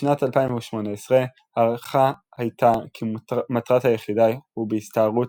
בשנת 2018 הערכה היתה כי מטרת היחידה הוא בהסתערות